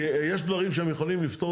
כי יש דברים שהם יכולים לפתור,